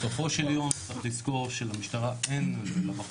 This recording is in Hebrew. בסופו של יום צריך לזכור שלמשטרה ולמחוז